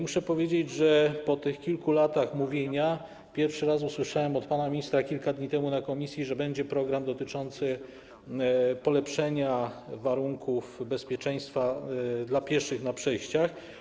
Muszę powiedzieć, że po tych kilku latach mówienia pierwszy raz usłyszałem od pana ministra kilka dni temu na posiedzeniu komisji, że będzie program dotyczący polepszenia warunków bezpieczeństwa dla pieszych na przejściach.